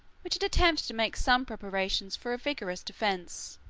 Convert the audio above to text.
which had attempted to make some preparations for a vigorous defence.